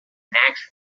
next